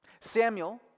Samuel